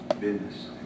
business